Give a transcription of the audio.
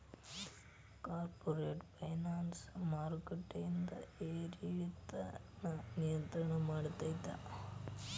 corporate finance ಮಾರ್ಕೆಟಿಂದ್ ಏರಿಳಿತಾನ ನಿಯಂತ್ರಣ ಮಾಡ್ತೇತಿ